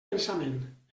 pensament